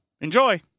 Enjoy